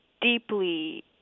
deeply